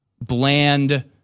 bland